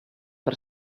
per